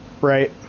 right